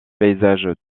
paysages